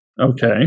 Okay